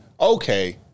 okay